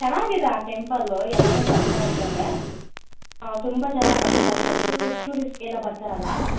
ಚೆನ್ನಾಗಿದೆ ಆ ಟೆಂಪಲ್ಲು ಎಲ್ಲಾನು ಬರ್ತಾ ಇರ್ತಾರೆ ತುಂಬ ಜನ ಬರ್ತಾ ಇರ್ತಾರೆ ಟೂರಿಸ್ ಟೂರಿಸ್ಟ್ಗೆ ಎಲ್ಲ ಬರ್ತರಲ್ಲ